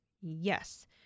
yes